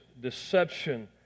deception